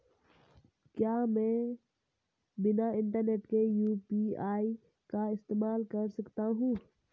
क्या मैं बिना इंटरनेट के यू.पी.आई का इस्तेमाल कर सकता हूं?